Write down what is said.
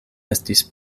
estis